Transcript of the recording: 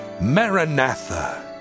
Maranatha